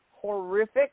horrific